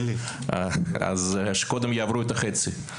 אז שקודם עברו את החצי.